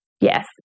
Yes